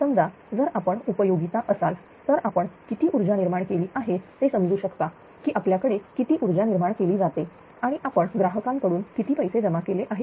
समजा जर आपण उपयोगीता असाल तर आपण किती ऊर्जा निर्माण केली आहे ते समजू शकता की आपल्याकडे किती ऊर्जा निर्माण केली जाते आणि आपण ग्राहकांकडून किती पैसे जमा केले आहेत